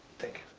thank